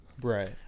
Right